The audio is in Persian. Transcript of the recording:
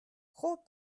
خوب